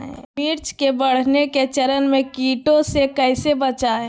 मिर्च के बढ़ने के चरण में कीटों से कैसे बचये?